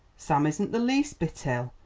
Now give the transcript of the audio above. sam isn't the least bit ill.